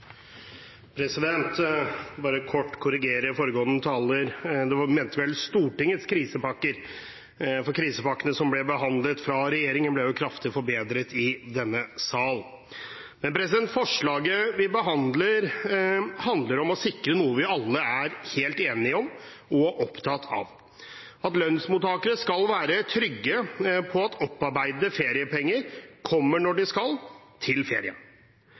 mente vel Stortingets krisepakker. For krisepakkene som ble behandlet fra regjeringen, ble jo kraftig forbedret i denne sal. Forslaget vi behandler, handler om å sikre noe vi alle er helt enige om og opptatt av – at lønnsmottakere skal være trygge på at opparbeidede feriepenger kommer når de skal, til ferie.